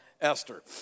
Esther